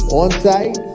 on-site